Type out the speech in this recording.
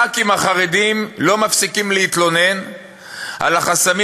חברי הכנסת החרדים לא מפסיקים להתלונן על החסמים